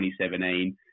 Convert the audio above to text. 2017